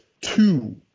two